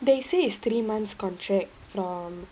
they say is three months contract from